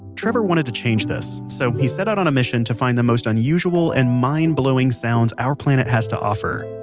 trevor wanted to change this, so he set out on a mission to find the most unusual and mind-blowing sounds our planet has to offer.